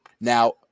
Now